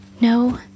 No